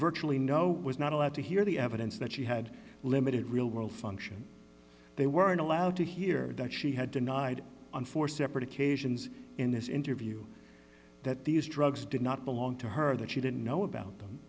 virtually no was not allowed to hear the evidence that she had limited real world function they weren't allowed to hear that she had denied on four separate occasions in this interview that these drugs did not belong to her that she didn't know about them